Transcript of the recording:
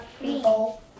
People